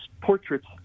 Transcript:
portraits